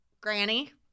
Granny